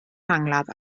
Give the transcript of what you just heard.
angladd